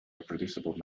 reproducible